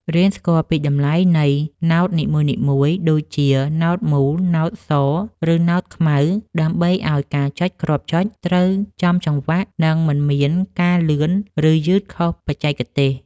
រៀនស្គាល់ពីតម្លៃនៃណោតនីមួយៗដូចជាណោតមូល ណោតស ឬណោតខ្មៅដើម្បីឱ្យការចុចគ្រាប់ចុចត្រូវចំចង្វាក់ និងមិនមានការលឿន ឬយឺតខុសបច្ចេកទេស។